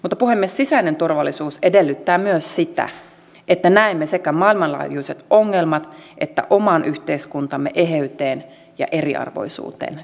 mutta puhemies sisäinen turvallisuus edellyttää myös sitä että näemme sekä maailmanlaajuiset ongelmat että oman yhteiskuntamme eheyteen ja eriarvoisuuteen liittyvät riskit